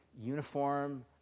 uniform